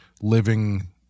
living –